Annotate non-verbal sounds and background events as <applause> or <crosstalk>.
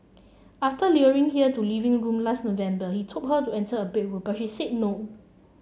after <unintelligible> here to living room last November he told her to enter a bedroom but she said no